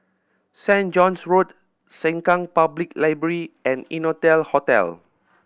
Saint John's Road Sengkang Public Library and Innotel Hotel